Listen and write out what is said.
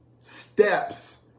steps